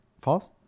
False